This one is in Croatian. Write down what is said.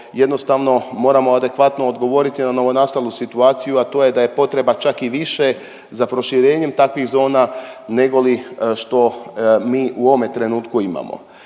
jednostavno moramo adekvatno odgovoriti na novonastalu situaciju, a to je da je potreba čak i više za proširenjem takvih zona negoli što mi u ovome trenutku imamo.